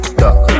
duck